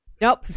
Nope